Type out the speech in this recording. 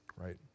right